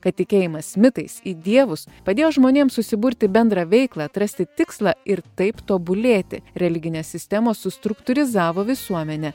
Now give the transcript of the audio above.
kad tikėjimas mitais į dievus padėjo žmonėms susiburti į bendrą veiklą atrasti tikslą ir taip tobulėti religinės sistemos struktūrizavo visuomenę